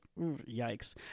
yikes